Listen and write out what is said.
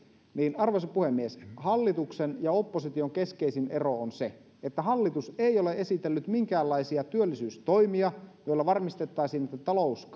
arvoisa puhemies hallituksen ja opposition keskeisin ero on se että hallitus ei ole esitellyt minkäänlaisia työllisyystoimia joilla varmistettaisiin että talous